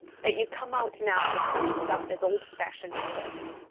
that you come out now with such stuff as old-fashioned as this?